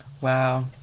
Wow